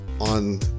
On